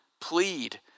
plead